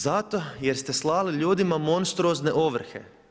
Zato jer ste slali ljudima monstruozne ovrhe.